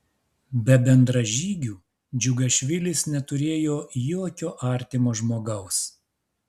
be bendražygių džiugašvilis neturėjo jokio artimo žmogaus